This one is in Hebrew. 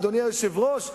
אדוני היושב-ראש,